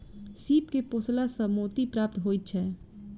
सीप के पोसला सॅ मोती प्राप्त होइत छै